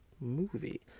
movie